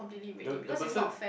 the the person